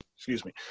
excuse me.